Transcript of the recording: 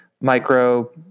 micro